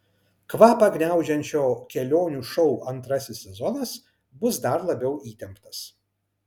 kvapą gniaužiančio kelionių šou antrasis sezonas bus dar labiau įtemptas